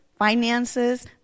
finances